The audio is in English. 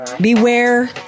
Beware